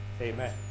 Amen